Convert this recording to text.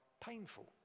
painful